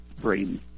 brain